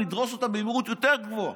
נדרוס אותם במהירות יותר גבוהה,